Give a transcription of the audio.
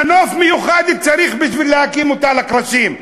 מנוף מיוחד צריך כדי להרים אותה מהקרשים.